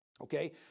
Okay